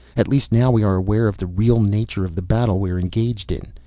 at least now we are aware of the real nature of the battle we're engaged in.